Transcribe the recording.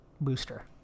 booster